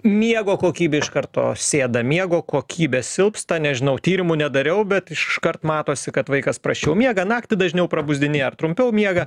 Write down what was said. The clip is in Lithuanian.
miego kokybė iš karto sėda miego kokybė silpsta nežinau tyrimų nedariau bet iškart matosi kad vaikas prasčiau miega naktį dažniau prabusdinėja ar trumpiau miega